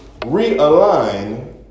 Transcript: realign